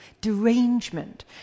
derangement